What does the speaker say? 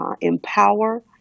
empower